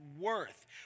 worth